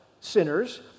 sinners